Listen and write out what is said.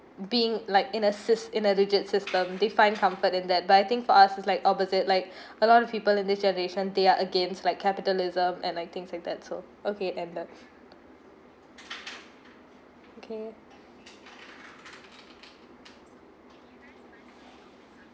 being like in assist in a legit system they find comfort and that but I think for us is like opposite like a lot of people in this generation they are against like capitalism and like things like that so okay ended okay